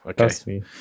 Okay